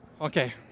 Okay